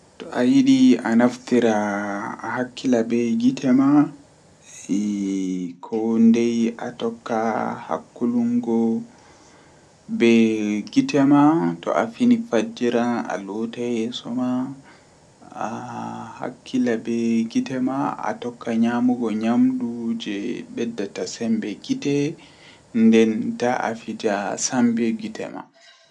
Haa dow nyamdu tan asaweere haa wuro amin goddo wawan mbarugo dubu noogas dubu nogas ndei nay nde nay bo nangan dubu cappan e jweetati.